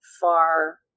far